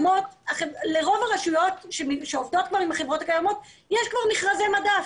לרוב הרשויות שעובדות עם החברות הקיימות יש כבר מכרזי מדף.